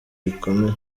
ibikomere